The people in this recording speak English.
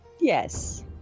Yes